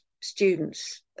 students